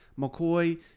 McCoy